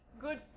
good